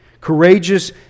courageous